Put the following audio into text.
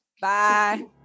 Bye